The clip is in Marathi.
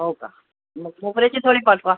हो का म मोगऱ्याची थोडी पाठवा